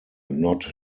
not